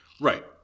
Right